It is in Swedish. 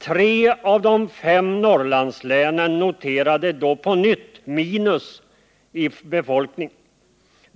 Tre av de fem Norrlandslänen noterade då på nytt minus i befolkningen.